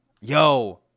Yo